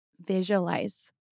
visualize